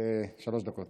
שלוש דקות.